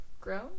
grown